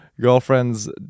girlfriend's